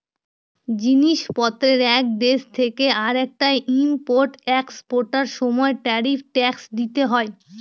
জিনিস পত্রের এক দেশ থেকে আরেকটায় ইম্পোর্ট এক্সপোর্টার সময় ট্যারিফ ট্যাক্স দিতে হয়